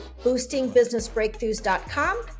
boostingbusinessbreakthroughs.com